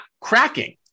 cracking